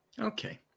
Okay